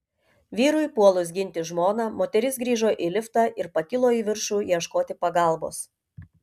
vyrui puolus ginti žmoną moteris grįžo į liftą ir pakilo į viršų ieškoti pagalbos